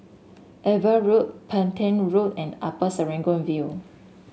Ava Road Petain Road and Upper Serangoon View